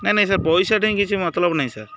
ନାଇଁ ନାଇଁ ସାର୍ ପଇସା ଠେଇଁ କିଛି ମତଲବ୍ ନାହିଁ ସାର୍